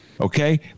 Okay